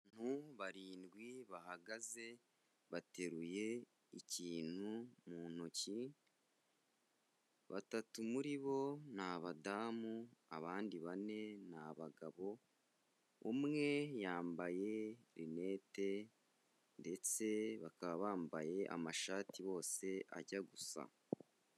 Abantu barindwi bahagaze bateruye ikintu mu ntoki, batatu muri bo ni abadamu abandi bane ni abagabo, umwe yambaye rinete ndetse bakaba bambaye amashati bose ajya gusa.